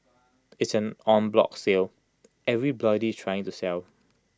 IT is an en bloc sell everybody trying to sell